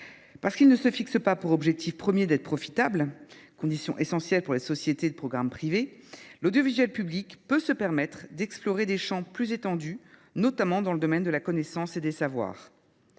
Parce qu’il ne se fixe pas pour objectif premier d’être profitable, condition essentielle pour les sociétés de programmes privées, l’audiovisuel public peut se permettre d’explorer des champs plus étendus, notamment dans le domaine de la connaissance et des savoirs.